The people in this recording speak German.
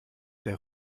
der